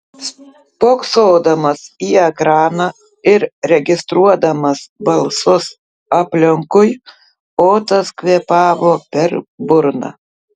spoksodamas į ekraną ir registruodamas balsus aplinkui otas kvėpavo per burną